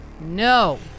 No